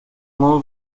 modo